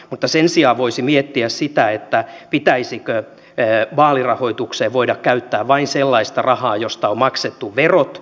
mutta sen sijaan voisi miettiä sitä pitäisikö vaalirahoitukseen voida käyttää vain sellaista rahaa josta on maksettu verot